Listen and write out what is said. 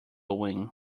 win